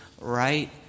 right